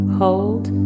hold